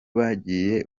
bagiye